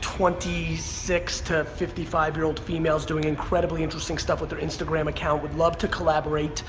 twenty six to fifty five year old female is doing incredibly interesting stuff with their instagram account. would love to collaborate.